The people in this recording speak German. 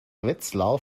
wetzlar